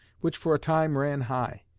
which for a time ran high.